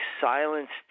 silenced